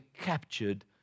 captured